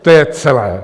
To je celé.